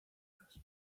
horas